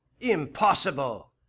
Impossible